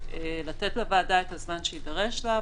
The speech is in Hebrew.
לתת לוועדה את הזמן שיידרש לה,